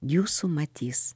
jūsų matys